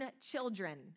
children